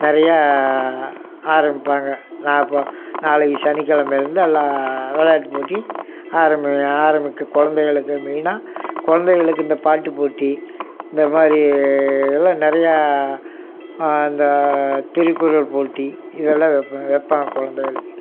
நிறையா ஆரம்பிப்பாங்க நான் இப்போ நாளைக்கு சனிக்கிழமையிலேருந்து எல்லாம் விளையாட்டு போட்டி ஆரம்பி ஆரம்பித்து கொழந்தைகளுக்கு மெயினா கொழந்தைகளுக்கு இந்த பாட்டுப் போட்டி இந்த மாதிரி எல்லாம் நிறையா அந்த திருக்குறள் போட்டி இதெல்லாம்வைப்பாங்க வைப்பாங்க குழந்தைகளுக்கு